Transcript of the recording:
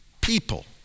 people